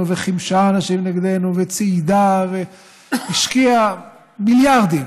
וחימשה אנשים נגדנו וציידה והשקיעה מיליארדים